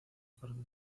corto